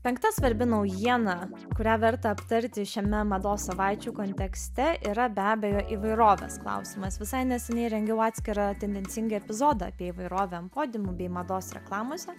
penkta svarbi naujiena kurią verta aptarti šiame mados savaičių kontekste yra be abejo įvairovės klausimas visai neseniai rengiau atskirą tendencingai epizodą apie įvairovę ant podiumų bei mados reklamose